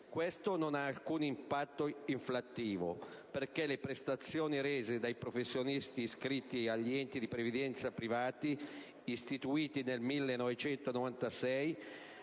Questo non ha alcun impatto inflattivo, perché le prestazioni rese dai professionisti iscritti agli enti di previdenza privati, istituiti nel 1996,